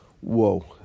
Whoa